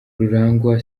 rurangwa